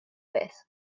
beth